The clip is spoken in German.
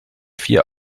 vier